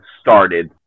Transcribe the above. started